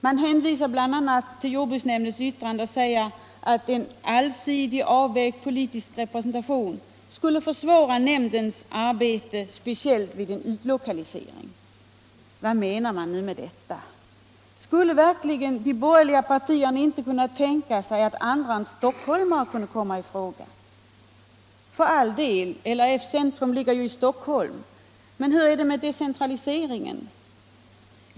Man hänvisar bl.a. till jordbruksnämndens yttrande och säger att en allsidig och avvägd politisk representation skulle försvåra nämndens arbete, speciellt vid en utlokalisering. Vad menar man nu med detta? Skulle de borgerliga partierna verkligen inte kunna tänka sig att andra än stockholmare kunde komma i fråga? För all del — LRF:s centrum ligger ju i Stockholm, men hur är det med decentraliseringen?